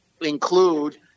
include